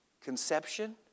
conception